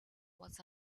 was